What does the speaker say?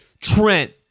Trent